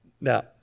now